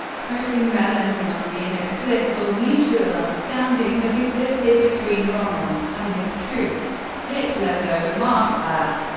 quoting mellenthin on the inexplicable mutual understanding that existed between rommel and his troops. hitler, though, remarked that,